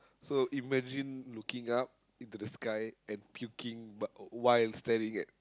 so imagine looking up into the sky and puking but while staring at